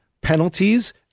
penalties